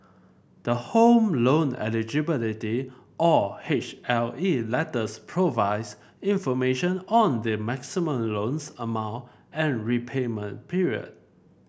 the Home Loan Eligibility or H L E letters provides information on the maximum loans amount and repayment period